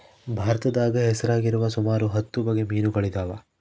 ಭಾರತದಾಗ ಹೆಸರಾಗಿರುವ ಸುಮಾರು ಹತ್ತು ಬಗೆ ಮೀನುಗಳಿದವ